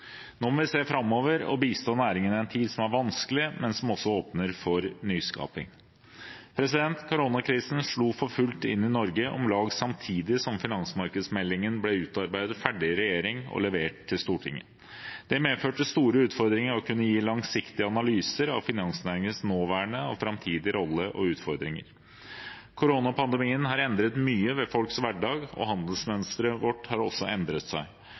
Nå må vi se framover og bistå næringen i en tid som er vanskelig, men som også åpner for nyskaping. Koronakrisen slo for fullt inn i Norge om lag samtidig som finansmarkedsmeldingen ble utarbeidet ferdig i regjering og levert til Stortinget. Det medførte store utfordringer å kunne gi langsiktige analyser av finansnæringens nåværende og framtidige rolle og utfordringer. Koronapandemien har endret mye ved folks hverdag, og handelsmønstret vårt har også endret seg.